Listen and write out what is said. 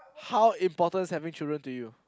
how important's having children to you